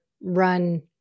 run